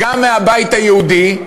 גם מהבית היהודי,